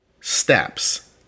steps